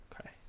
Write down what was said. Okay